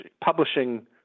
publishing